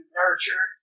nurture –